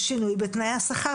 לשינוי בתנאי השכר.